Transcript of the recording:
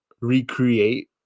recreate